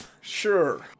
sure